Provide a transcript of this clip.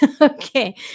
Okay